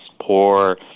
poor